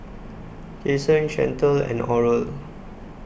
Cason Chantelle and Oral